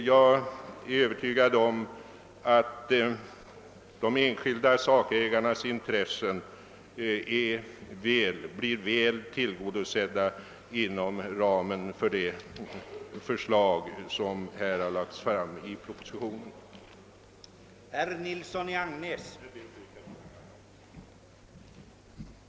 Jag är övertygad om att de enskilda sakägarnas intressen blir väl tillgodosedda inom ramen för det förslag som har lagts fram i propositionen. Jag yrkar därför bifall till utskottets hemställan.